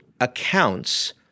accounts